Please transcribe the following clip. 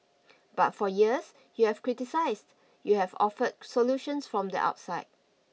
but for years you have criticised you have offered solutions from the outside